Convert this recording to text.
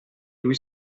lui